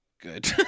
Good